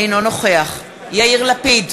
אינו נוכח יאיר לפיד,